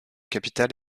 capital